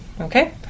okay